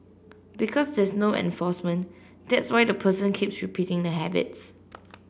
because there's no enforcement that's why the person keeps repeating the habits